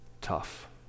tough